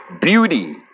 Beauty